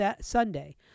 Sunday